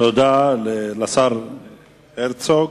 תודה לשר הרצוג.